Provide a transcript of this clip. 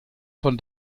von